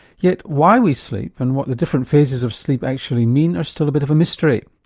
yet why we sleep and what the different phases of sleep actually mean are still a bit of a mystery.